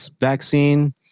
vaccine